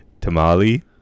tamale